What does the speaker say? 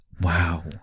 Wow